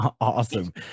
awesome